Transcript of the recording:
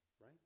Right